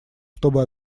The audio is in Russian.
чтобы